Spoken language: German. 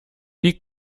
die